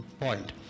point